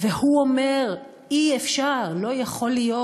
הוא אומר, אי-אפשר, לא יכול להיות,